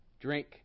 drink